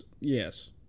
yes